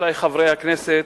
רבותי חברי הכנסת,